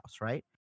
right